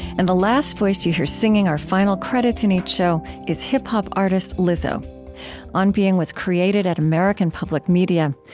and the last voice that you hear singing our final credits in each show is hip-hop artist lizzo on being was created at american public media.